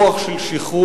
רוח של שחרור,